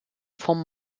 vom